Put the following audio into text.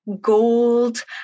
gold